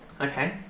Okay